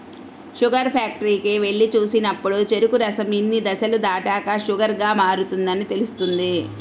sugar ఫ్యాక్టరీకి వెళ్లి చూసినప్పుడు చెరుకు రసం ఇన్ని దశలు దాటాక షుగర్ గా మారుతుందని తెలుస్తుంది